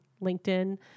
LinkedIn